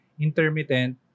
intermittent